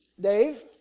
Dave